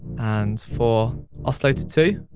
and for oscillator two,